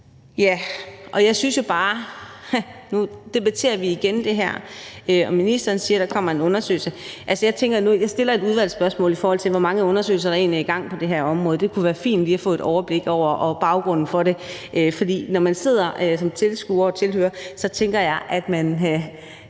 med overgangen. Nu debatterer vi igen det her, og ministeren siger, at der kommer en undersøgelse, og jeg har tænk mig at stille et udvalgsspørgsmål om, hvor mange undersøgelser der egentlig er sat i gang på det her område. Det kunne være fint lige at få et overblik over baggrunden, for når man sidder som tilskuer og tilhører, tror jeg, at man